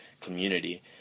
community